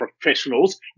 professionals